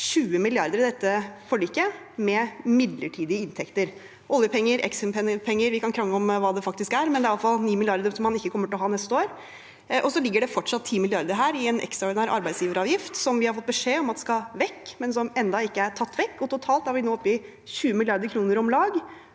20 mrd. kr i dette forliket med midlertidige inntekter. Oljepenger, Eksfinpenger – vi kan krangle om hva det faktisk er, men det er iallfall 9 mrd. kr som man ikke kommer til å ha neste år. Det ligger fortsatt 10 mrd. kr her fra en ekstraordinær arbeidsgiveravgift som vi har fått beskjed om at skal vekk, men som ennå ikke er tatt vekk. Totalt er vi nå oppe i om lag